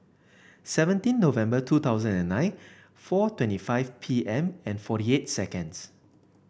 seventeen November two thousand and nine four twenty five P M and forty eight seconds